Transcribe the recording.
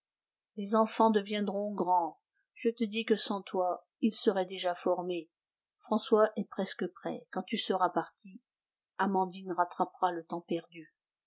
les enfants deviendront grands je te dis que sans toi ils seraient déjà formés françois est presque prêt quand tu seras parti amandine rattrapera le temps perdu